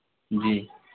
جی